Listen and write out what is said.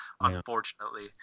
unfortunately